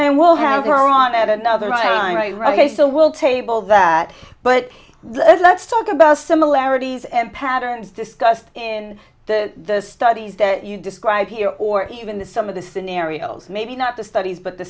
will have her on at another time right right so we'll table that but let's talk about similarities and patterns discussed in the studies that you describe here or even the some of the scenarios maybe not the studies but the